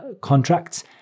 contracts